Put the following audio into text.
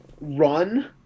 run